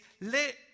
let